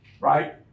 right